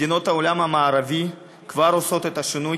מדינות העולם המערבי כבר עושות את השינוי,